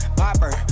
popper